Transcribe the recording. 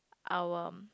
our